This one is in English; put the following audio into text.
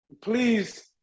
Please